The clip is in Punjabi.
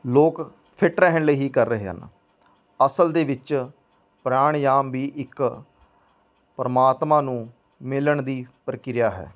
ਲੋਕ ਫਿਟ ਰਹਿਣ ਲਈ ਹੀ ਕਰ ਰਹੇ ਹਨ ਅਸਲ ਦੇ ਵਿੱਚ ਪ੍ਰਾਣਯਾਮ ਵੀ ਇੱਕ ਪਰਮਾਤਮਾ ਨੂੰ ਮਿਲਣ ਦੀ ਪ੍ਰਕਿਰਿਆ ਹੈ